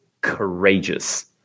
courageous